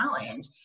challenge